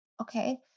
okay